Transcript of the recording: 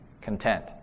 content